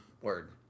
Word